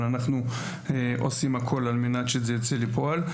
אבל אנחנו עושים הכול על מנת שזה ייצא לפועל.